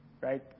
right